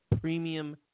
premium